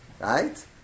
right